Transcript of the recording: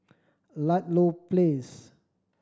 Ludlow Place